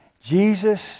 Jesus